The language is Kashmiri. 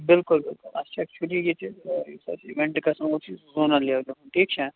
بِلکُل بِلکُل اَسہِ چھےٚ چھُٹی ییٚتہِ آ یُس اَسہِ اِیوینٹ گَژھان وول چھُ زوٗںَل لیٚولہِ ہُنٛد ٹھیٖک چھا